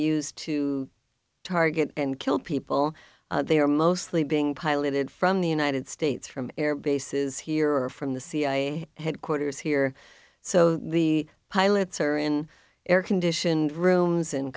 used to target and kill people they are mostly being piloted from the united states from air bases here or from the cia headquarters here so the pilots are in air conditioned rooms